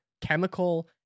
chemical